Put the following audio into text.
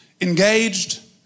engaged